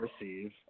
receive